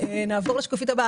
נעבור לשקף הבא.